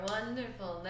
Wonderful